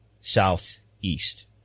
southeast